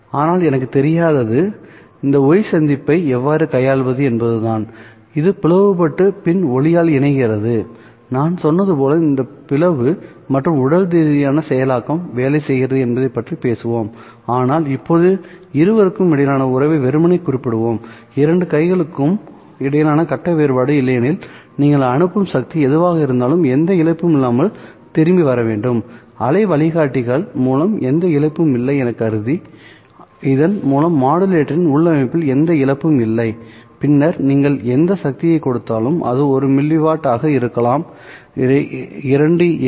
ஆனால் எனக்குத் தெரியாதது இந்த Y சந்திப்பை எவ்வாறு கையாள்வது என்பதுதான் இது பிளவுபட்டு பின் ஒளியால் இணைகிறதுநான் சொன்னது போல் இந்த பிளவு மற்றும் உடல் ரீதியான செயலாக்கம் வேலை செய்கிறது என்பதை பற்றி பேசுவோம்ஆனால் இப்போது இருவருக்கும் இடையிலான உறவை வெறுமனே குறிப்பிடுவோம்இரண்டு கைகளுக்கும் இடையிலான கட்ட வேறுபாடு இல்லையெனில் நீங்கள் அனுப்பும் சக்தி எதுவாக இருந்தாலும் எந்த இழப்பும் இல்லாமல் திரும்பி வர வேண்டும் அலை வழிகாட்டிகள் மூலம் எந்த இழப்பும் இல்லை என்று கருதி இதன் மூலம் மாடுலேட்டரின் உள் அமைப்பில் எந்த இழப்பும் இல்லைபின்னர் நீங்கள் எந்த சக்தியைக் கொடுத்தாலும் அது 1 மில்லிவாட் ஆக இருக்கலாம் 2 எம்